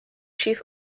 chief